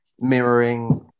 mirroring